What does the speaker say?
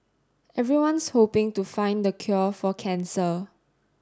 everyone's hoping to find the cure for cancer